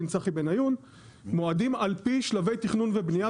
אבני הדרך הן שלבים בתהליכי תכנון ובנייה,